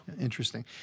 Interesting